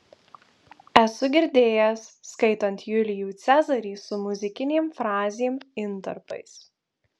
esu girdėjęs skaitant julijų cezarį su muzikinėm frazėm intarpais